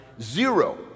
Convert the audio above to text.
zero